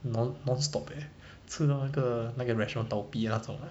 non non stop eh 吃到那个那个 restaurant 倒闭那种